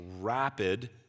rapid